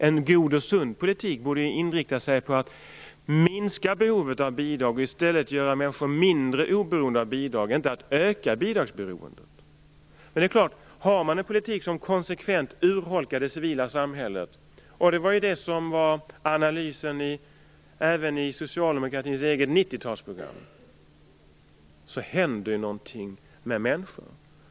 En god och sund politik borde i stället inriktas på att minska behovet av bidrag, på att göra människor mindre beroende av bidrag. Det handlar alltså inte om att öka bidragsberoendet. Har man en politik som konsekvent urholkar det civila samhället - det är ju det som är analysen även beträffande Socialdemokraternas eget 90-talsprogram - händer något med människor.